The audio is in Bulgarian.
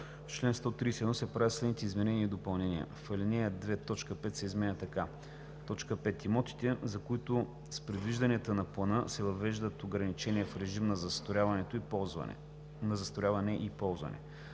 В чл. 131 се правят следните изменения и допълнения: 1. В ал. 2 т. 5 се изменя така: „5. имотите, за които с предвижданията на плана се въвеждат ограничения в режима на застрояване и ползване.“